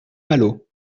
malo